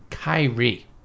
Kyrie